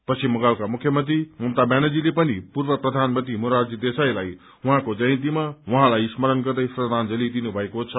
पश्चिम बंगालका मुख्यमन्त्री ममता ब्यानर्जीले पनि पूर्व प्रधानमन्त्री मोरारजी देशाईलाई उहाँको जयन्तीमा उहाँलाई स्मरण गर्दै श्रद्वांजलि दिनुभएको छ